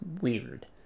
weird